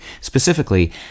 Specifically